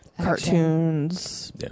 cartoons